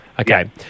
Okay